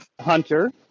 Hunter